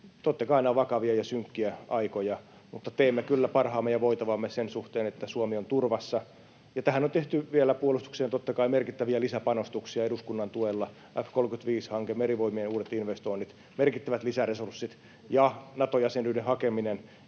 Totta kai nämä ovat vakavia ja synkkiä aikoja, mutta teemme kyllä parhaamme ja voitavamme sen suhteen, että Suomi on turvassa. Ja puolustukseen on tehty vielä totta kai merkittäviä lisäpanostuksia eduskunnan tuella: F-35-hanke, Merivoimien uudet investoinnit, merkittävät lisäresurssit ja Nato-jäsenyyden hakeminen,